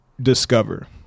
discover